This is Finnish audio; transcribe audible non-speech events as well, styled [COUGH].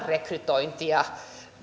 [UNINTELLIGIBLE] rekrytointia